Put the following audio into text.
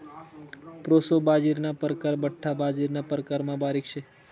proso बाजरीना परकार बठ्ठा बाजरीना प्रकारमा बारीक शे